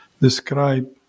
describe